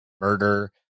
murder